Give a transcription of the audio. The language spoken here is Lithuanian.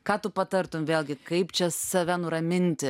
ką tu patartum vėlgi kaip čia save nuraminti